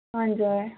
हजुर